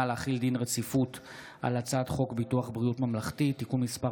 להחיל דין רציפות על הצעת חוק ביטוח בריאות ממלכתי (תיקון מס'